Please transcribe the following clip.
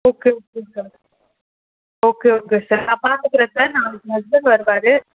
okay okay sir okay okay sir நான் பார்த்துக்கறேன் sir நாளைக்கு என் ஹஸ்பண்ட் வருவார்